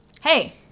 hey